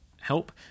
help